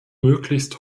möglichst